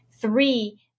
three